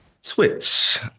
Switch